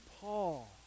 Paul